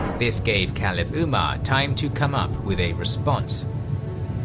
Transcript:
this gave caliph umar time to come up with a response.